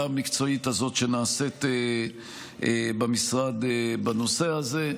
המקצועית הזאת שנעשית במשרד בנושא הזה.